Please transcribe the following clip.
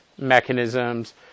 mechanisms